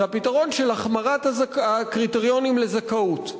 זה הפתרון של החמרת הקריטריונים לזכאות,